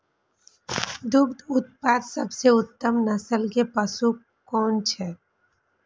दुग्ध उत्पादक सबसे उत्तम नस्ल के पशु कुन छै?